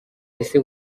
ese